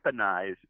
weaponize